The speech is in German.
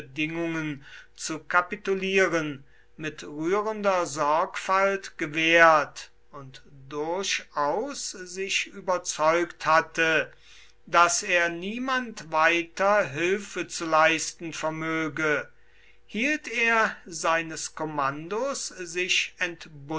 bedingungen zu kapitulieren mit rührender sorgfalt gewährt und durchaus sich überzeugt hatte daß er niemand weiter hilfe zu leisten vermöge hielt er seines kommandos sich